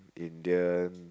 Indian